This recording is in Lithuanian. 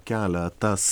kelia tas